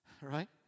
Right